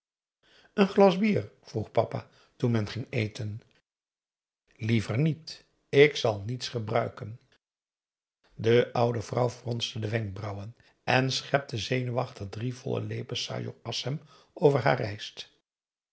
n glas bier vroeg papa toen men ging eten liever niet ik zal niets gebruiken de oude vrouw fronste de wenkbrauwen en schepte zenuwachtig drie volle lepels sajor assem over haar rijst